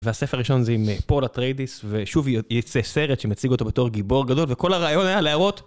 והספר הראשון זה עם פולה טריידיס, ושוב יצא סרט שמציג אותו בתור גיבור גדול, וכל הרעיון היה להראות...